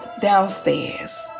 downstairs